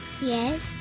Yes